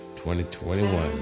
2021